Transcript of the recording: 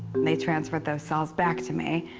they transferred those cells back to me,